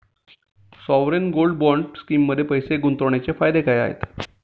Sovereign gold bond स्कीममध्ये पैसे गुंतवण्याचे फायदे काय आहेत?